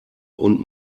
und